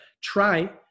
try